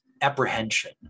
apprehension